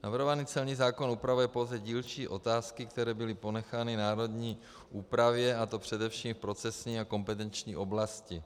Navrhovaný celní zákon upravuje pouze dílčí otázky, které byly ponechány národní úpravě, a to především v procesní a kompetenční oblasti.